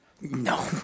No